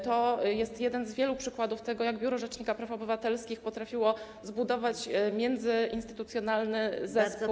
To jest jeden z wielu przykładów tego, jak Biuro Rzecznika Praw Obywatelskich potrafiło zbudować międzyinstytucjonalny zespół.